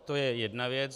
To je jedna věc.